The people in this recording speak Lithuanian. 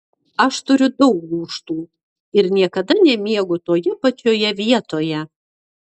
aš turiu daug gūžtų ir niekada nemiegu toje pačioje vietoje